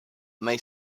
may